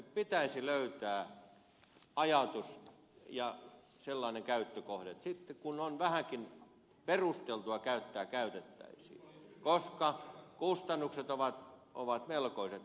pitäisi löytää ajatus ja sellainen käyttökohde että sitten kun on vähänkin perusteltua käyttää käytettäisiin koska kustannukset ovat melkoiset